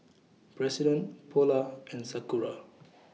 President Polar and Sakura